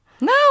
no